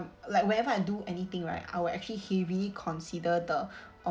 like wherever I do anything right I will actually heavily consider the